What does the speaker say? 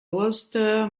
worcester